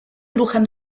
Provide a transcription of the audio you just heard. ruchem